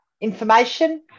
information